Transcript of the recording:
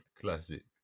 Classic